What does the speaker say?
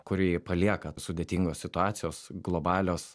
kurį palieka sudėtingos situacijos globalios